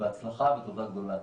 בהצלחה ותודה גדולה.